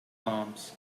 palms